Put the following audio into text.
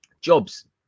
jobs